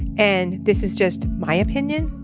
and this is just my opinion.